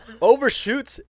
overshoots